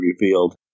revealed